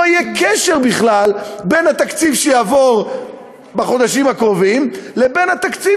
לא יהיה בכלל קשר בין התקציב שיעבור בחודשים הקרובים לבין התקציב